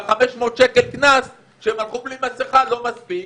וה-500 שקל קנס שהם הלכו בלי מסיכה לא מספיק,